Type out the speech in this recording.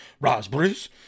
raspberries